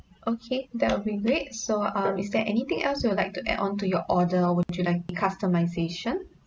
okay that will be great so um is there anything else you would like to add on to your order would you like any customisation